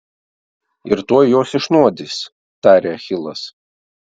ir tuoj juos išnuodys tarė achilas